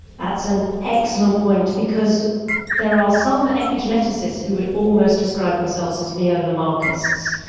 that's an excellent point, because there are some epigeneticists who would almost describe themselves as neo-lamarckists,